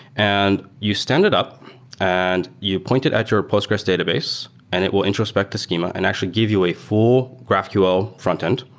and you stand it up and you point it at your postgres database and it will introspect the schema and actually give you a full graphql frontend,